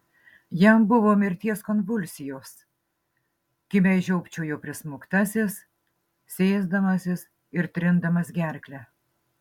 jam buvo mirties konvulsijos kimiai žiopčiojo prismaugtasis sėsdamasis ir trindamas gerklę